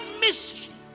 mystery